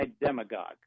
demagogue